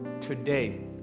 today